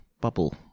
bubble